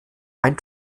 ein